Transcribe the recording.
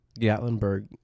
Gatlinburg